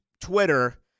Twitter